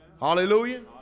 Hallelujah